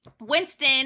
Winston